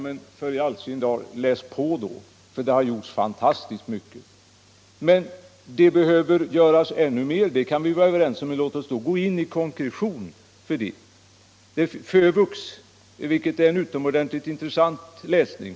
Men i all sin dar, fru Lantz: Läs på! Det har gjorts fantastiskt mycket. Men vi måste göra ännu mer —- det kan vi vara överens om. Men låt oss då konkret gå in för det.